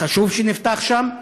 חשוב שנפתח שם.